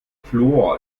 fluor